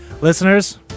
Listeners